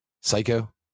Psycho